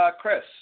Chris